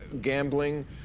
gambling